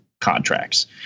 contracts